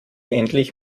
endlich